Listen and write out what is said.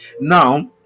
now